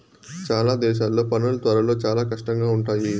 చాలా దేశాల్లో పనులు త్వరలో చాలా కష్టంగా ఉంటాయి